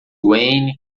wayne